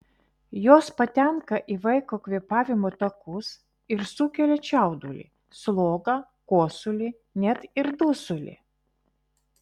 jos patenka į vaiko kvėpavimo takus ir sukelia čiaudulį slogą kosulį net ir dusulį